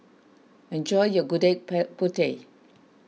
enjoy your Gudeg pill Putih